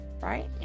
Right